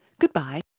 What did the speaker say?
Goodbye